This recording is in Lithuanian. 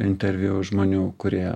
interviu žmonių kurie